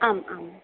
आम् आम्